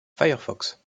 firefox